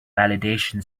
validation